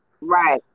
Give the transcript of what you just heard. Right